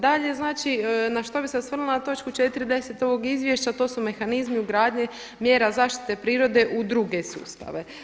Dalje znači na što bih se osvrnula na točku 4.10 ovog izvješća to su mehanizmi ugradnje mjera zaštite prirode u druge sustave.